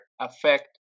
affect